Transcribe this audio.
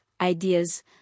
ideas